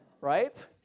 right